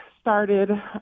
started